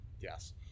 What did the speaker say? Yes